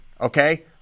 Okay